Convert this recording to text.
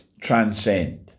transcend